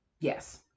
yes